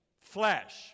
flesh